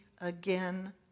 again